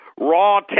raw